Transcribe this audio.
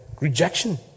Rejection